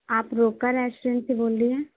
آپ روکا ریسٹورنٹ سے بول رہے ہیں